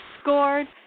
scored